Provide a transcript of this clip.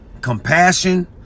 compassion